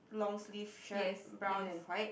long sleeves shirt brown and white